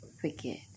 Forget